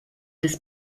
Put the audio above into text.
des